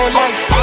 life